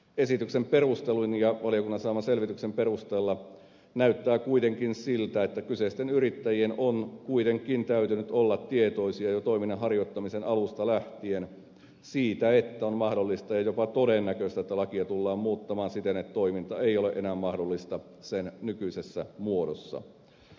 esityksen perustelujen ja valiokunnan saaman selvityksen perusteella näyttää kuitenkin siltä että kyseisten yrittäjien on täytynyt olla tietoisia jo toiminnan harjoittamisen alusta lähtien siitä että on mahdollista ja jopa todennäköistä että lakia tullaan muuttamaan siten että toiminta ei ole enää mahdollista sen nykyisessä muodossa